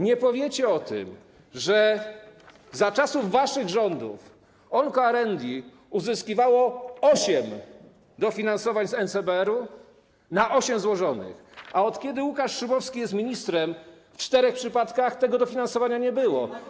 Nie powiecie o tym, że za czasów waszych rządów OncoArendi uzyskiwało osiem dofinansowań z NCBR-u na osiem złożonych, a od kiedy Łukasz Szumowski jest ministrem, w czterech przypadkach tego dofinansowania nie było.